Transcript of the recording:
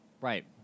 Right